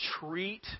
treat